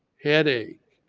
headache,